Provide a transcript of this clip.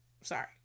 sorry